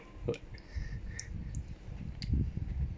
uh